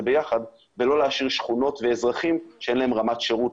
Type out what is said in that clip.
ביחד ולא להשאיר שכונות ואזרחים שאין להם רמת שירות,